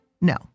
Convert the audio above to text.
No